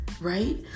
right